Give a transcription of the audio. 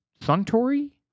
Suntory